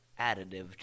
additive